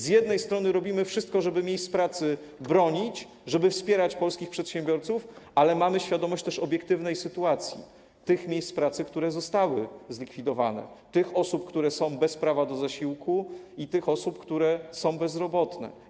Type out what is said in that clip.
Z jednej strony robimy wszystko, żeby miejsc pracy bronić, żeby wspierać polskich przedsiębiorców, ale mamy też świadomość obiektywnej sytuacji, tych miejsc pracy, które zostały zlikwidowane, tych osób, które są bez prawa do zasiłku, i tych osób, które są bezrobotne.